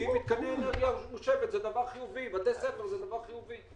ואילו מתקני אנרגיה מושבת ובתי ספר זה דבר חיובי.